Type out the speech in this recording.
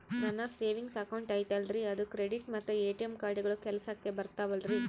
ನನ್ನ savings account ಐತಲ್ರೇ ಅದು ಕ್ರೆಡಿಟ್ ಮತ್ತ ಎ.ಟಿ.ಎಂ ಕಾರ್ಡುಗಳು ಕೆಲಸಕ್ಕೆ ಬರುತ್ತಾವಲ್ರಿ?